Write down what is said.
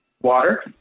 water